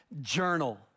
journal